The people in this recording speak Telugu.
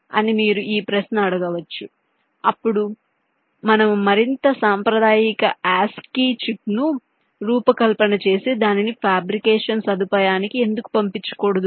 అని మీరు ఈ ప్రశ్న అడగవచ్చు అప్పుడు మనము మరింత సాంప్రదాయిక ASIC చిప్ను రూపకల్పన చేసి దానిని ఫాబ్రికేషన్ సదుపాయానికి ఎందుకు పంపించకూడదు